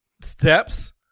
steps